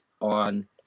on